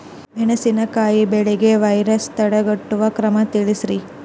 ಮೆಣಸಿನಕಾಯಿ ಬೆಳೆಗೆ ವೈರಸ್ ತಡೆಗಟ್ಟುವ ಕ್ರಮ ತಿಳಸ್ರಿ